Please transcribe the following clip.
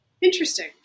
Interesting